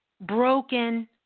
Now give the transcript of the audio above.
Broken